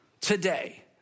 today